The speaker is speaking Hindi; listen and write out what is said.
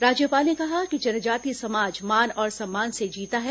राज्यपाल ने कहा कि जनजाति समाज मान और सम्मान से जीता है